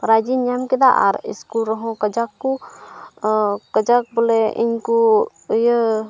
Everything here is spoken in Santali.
ᱯᱟᱨᱭᱤᱡᱽ ᱤᱧ ᱧᱟᱢ ᱠᱮᱫᱟ ᱟᱨ ᱤᱥᱠᱩᱞ ᱨᱮᱦᱚᱸ ᱠᱟᱡᱟᱠ ᱠᱚ ᱠᱟᱡᱟᱠ ᱵᱚᱞᱮ ᱤᱧᱠᱚ ᱤᱭᱟᱹ